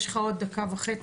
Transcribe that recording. יש לך עוד דקה וחצי.